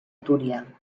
túria